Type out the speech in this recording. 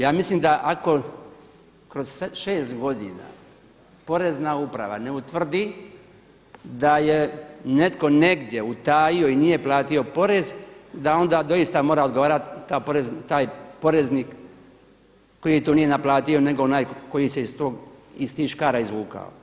Ja mislim da ako kroz šest godina Porezna uprava ne utvrdi da je netko negdje utajio i nije platio porez, da onda doista mora odgovarati taj poreznik koji to nije naplatio nego onaj koji se iz tih škara izvukao.